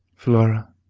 flora,